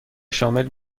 شامل